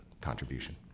contribution